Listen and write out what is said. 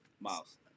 miles